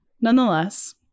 Nonetheless